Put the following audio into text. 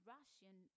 Russian